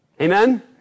Amen